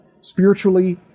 spiritually